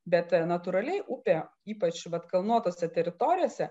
bet natūraliai upė ypač vat kalnuotose teritorijose